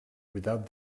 without